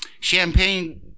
champagne